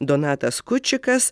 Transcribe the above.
donatas kučikas